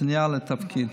הפוטנציאל לתפקיד.